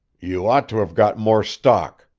you ought to have got more stock,